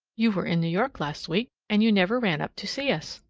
you were in new york last week, and you never ran up to see us.